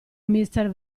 mister